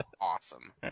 Awesome